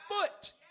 foot